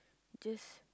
just